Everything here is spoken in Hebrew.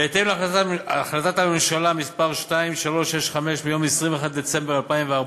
בהתאם להחלטת הממשלה מס' 2365 מיום 21 בדצמבר 2014,